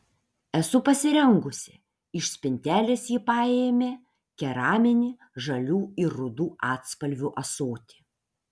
esu pasirengusi iš spintelės ji paėmė keraminį žalių ir rudų atspalvių ąsotį